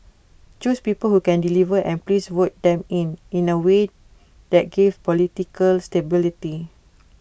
choose people who can deliver and please vote them in in A way that gives political stability